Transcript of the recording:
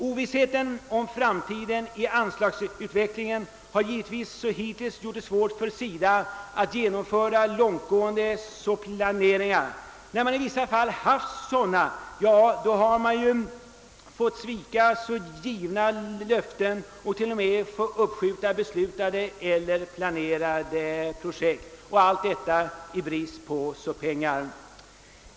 Ovissheten om den framtida anslagsutvecklingen har givetvis hittills gjort det svårt för SIDA att genomföra vissa planeringar. När man i vissa fall haft sådana planeringar har man fått svika givna löften och t.o.m. fått uppskjuta beslutade eller planerade projekt, allt i brist på pengar.